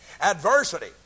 Adversity